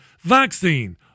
vaccine